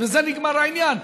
ובזה נגמר העניין.